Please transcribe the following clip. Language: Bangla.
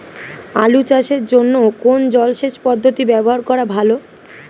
আলু চাষের জন্য কোন জলসেচ পদ্ধতি ব্যবহার করা ভালো?